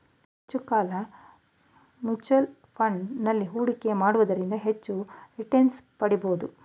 ಹೆಚ್ಚು ಕಾಲ mutual fund ಅಲ್ಲಿ ಹೂಡಿಕೆಯ ಮಾಡೋದ್ರಿಂದ ಹೆಚ್ಚು ರಿಟನ್ಸ್ ಪಡಿಬೋದು